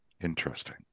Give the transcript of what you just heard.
interesting